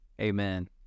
Amen